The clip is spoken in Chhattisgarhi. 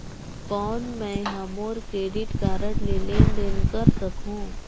कौन मैं ह मोर क्रेडिट कारड ले लेनदेन कर सकहुं?